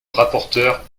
rapporteur